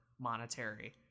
monetary